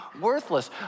worthless